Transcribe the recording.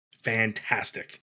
Fantastic